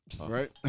Right